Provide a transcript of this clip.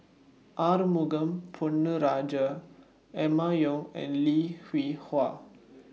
Arumugam Ponnu Rajah Emma Yong and Lim Hwee Hua